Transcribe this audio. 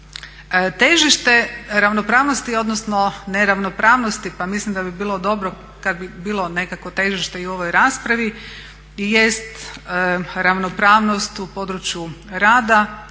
Težište ravnopravnosti odnosno neravnopravnosti pa mislim da bi bilo dobro kad bi bilo nekakvo težište i u ovoj raspravi jest ravnopravnost u području rada,